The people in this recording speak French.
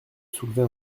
soulever